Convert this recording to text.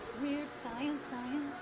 wierd science